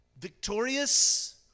victorious